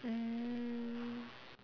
mm